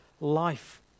life